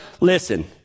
Listen